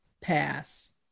pass